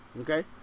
okay